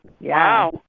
wow